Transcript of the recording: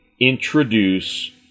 introduce